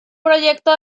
proyecto